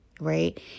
right